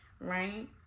right